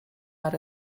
out